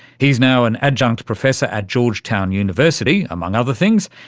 he's now an adjunct professor at georgetown university, among other things,